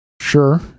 Sure